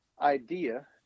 idea